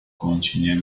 continuait